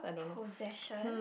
possession